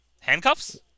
handcuffs